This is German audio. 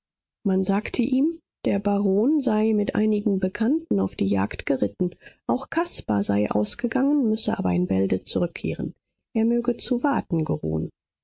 man sagte ihm der baron sei mit einigen bekannten auf die jagd geritten auch caspar sei ausgegangen müsse aber in bälde zurückkehren er möge zu warten geruhen